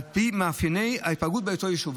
על פי מאפייני ההיפגעות באותו ישוב.